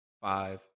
five